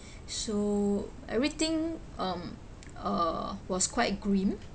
so everything um uh was quite grim